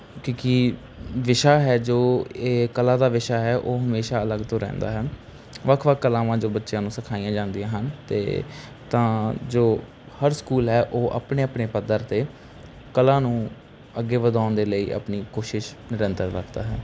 ਕਿਉਂਕਿ ਵਿਸ਼ਾ ਹੈ ਜੋ ਇਹ ਕਲਾ ਦਾ ਵਿਸ਼ਾ ਹੈ ਉਹ ਹਮੇਸ਼ਾਂ ਅਲੱਗ ਤੋਂ ਰਹਿੰਦਾ ਹੈ ਵੱਖ ਵੱਖ ਕਲਾਵਾਂ ਜੋ ਬੱਚਿਆਂ ਨੂੰ ਸਿਖਾਈਆਂ ਜਾਂਦੀਆਂ ਹਨ ਅਤੇ ਤਾਂ ਜੋ ਹਰ ਸਕੂਲ ਹੈ ਉਹ ਆਪਣੇ ਆਪਣੇ ਪੱਧਰ 'ਤੇ ਕਲਾ ਨੂੰ ਅੱਗੇ ਵਧਾਉਣ ਦੇ ਲਈ ਆਪਣੀ ਕੋਸ਼ਿਸ਼ ਨਿਰੰਤਰ ਰੱਖਦਾ ਹੈ